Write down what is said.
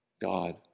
God